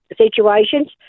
situations